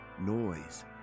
noise